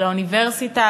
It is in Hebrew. לאוניברסיטה,